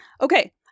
okay